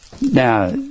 Now